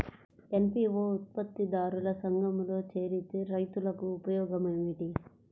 FPO ఉత్పత్తి దారుల సంఘములో చేరితే రైతులకు ఉపయోగము ఏమిటి?